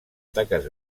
taques